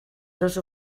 dos